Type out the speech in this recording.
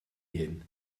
hyn